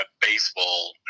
baseball